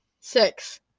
Six